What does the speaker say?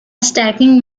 stacking